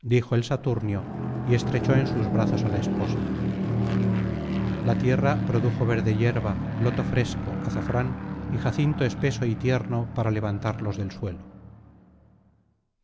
dijo el vsaturnio y estrechó en sus brazos á la esposa la tierra produjo verde hierba loto fresco azafrán y jacinto espeso y tierno para levantarlos del suelo